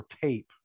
tape